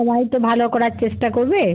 সবাই তো ভালো করার চেষ্টা করবে